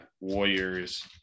Warriors